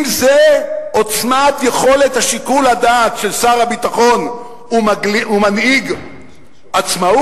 אם זה עוצמת יכולת שיקול הדעת של שר הביטחון ומנהיג עצמאות,